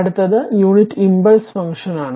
അടുത്തത് unit impulse ഫംഗ്ഷനാണ്